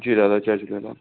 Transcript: जी दादा जय झूलेलाल